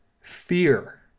fear